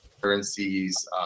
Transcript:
currencies